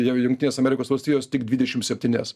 jau jungtinės amerikos valstijos tik dvidešimt septynias